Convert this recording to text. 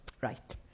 Right